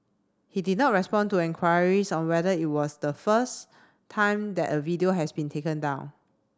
he did not respond to enquiries on whether it was the first time that a video has been taken down